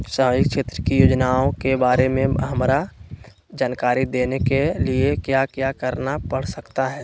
सामाजिक क्षेत्र की योजनाओं के बारे में हमरा जानकारी देने के लिए क्या क्या करना पड़ सकता है?